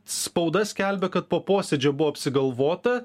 spauda skelbia kad po posėdžio buvo apsigalvota